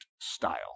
style